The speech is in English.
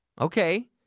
Okay